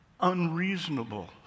unreasonable